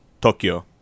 Tokyo